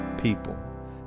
people